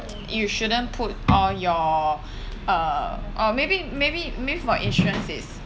you shouldn't put all your uh or maybe maybe maybe for insurance is